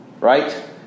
Right